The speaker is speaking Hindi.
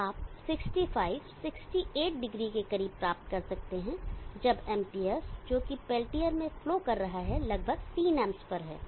तो आप 65 68o के करीब प्राप्त कर सकते हैं जब Amps जोकि पेल्टियर में फ्लो कर रहा हैं लगभग 3 Amps पर है